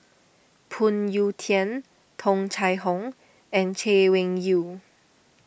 Phoon Yew Tien Tung Chye Hong and Chay Weng Yew